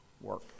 work